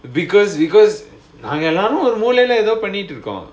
because because நாங்க என்னனா வந்து ஏதோ பண்ணிட்ருக்கோம்:naanga vandhu edho pannitrukom